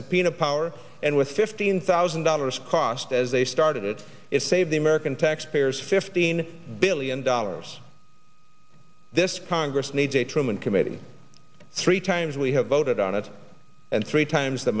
subpoena power and with fifteen thousand dollars cost as they started it it saved the american taxpayers fifteen billion dollars this congress needs a truman committee three times we have voted on it and three times the